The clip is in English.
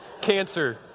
Cancer